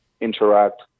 interact